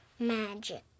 Magic